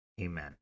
Amen